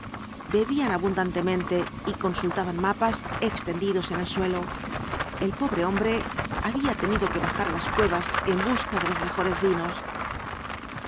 bebían abundantemente y consultaban mapas extendidos en el suelo el pobre hombre había tenido que bajar á las cuevas en br de los mejores vinos